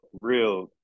real